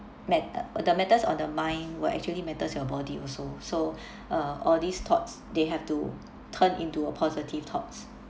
matter the matters of the mind will actually matters your body also so uh all these thoughts they have to turn into a positive thoughts